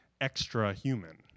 extra-human